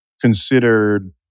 considered